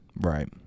right